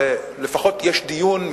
לפחות מתקיים דיון,